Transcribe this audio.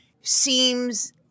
seems